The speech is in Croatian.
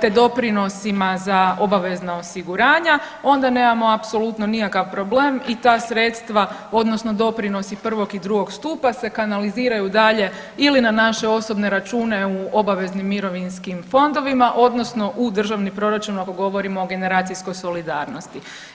te doprinosima za obavezna osiguranja onda nemamo apsolutno nikakav problem i ta sredstva odnosno doprinosi prvog i drugog stupa se kanaliziraju dalje ili na naše osobne račune u obaveznim mirovinskim fondovima odnosno u državni proračun ako govorimo o generacijskoj solidarnosti.